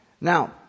now